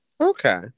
Okay